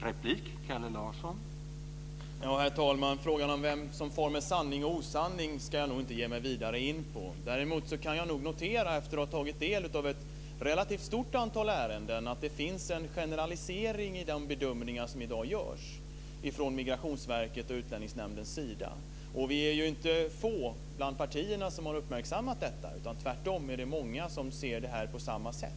Herr talman! Frågan om vem som far med sanning och osanning ska jag inte ge mig vidare in på. Däremot kan jag, efter att ha tagit del av ett relativt stort antal ärenden, notera att det finns en generalisering i de bedömningar som i dag görs från Migrationsverkets och Utlänningsnämndens sida. Vi är inte få bland partierna som har uppmärksammat detta. Tvärtom är det många som ser det här på samma sätt.